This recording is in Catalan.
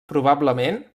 probablement